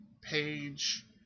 page